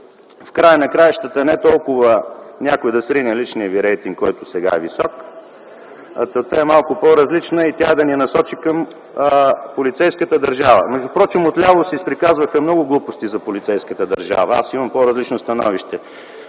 това подвеждане е не толкова някой да срине личният Ви рейтинг, който сега е висок, а целта е малко по-различна и тя е да ни насочи към полицейската държава. Между впрочем, отляво се изприказваха много глупости за полицейската държава. Аз имам по-различно становище.